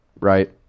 Right